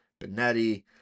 Benetti